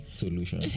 solution